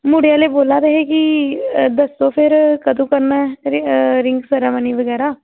मुड़े आह्ले बोला दे हे कि दस्सो फिर कदूं करना ऐ रिंग सेरेमनी बगैरा